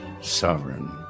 sovereign